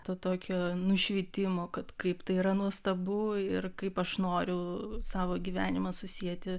to tokio nušvitimo kad kaip tai yra nuostabu ir kaip aš noriu savo gyvenimą susieti